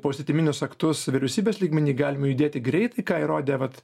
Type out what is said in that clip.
poįstatyminius aktus vyriausybės lygmeny galima judėti greitai ką įrodė vat